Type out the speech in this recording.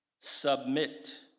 submit